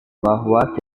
bahwa